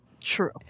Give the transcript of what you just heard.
True